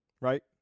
Right